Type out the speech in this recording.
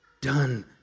done